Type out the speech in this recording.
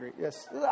Yes